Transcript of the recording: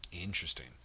Interesting